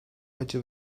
acı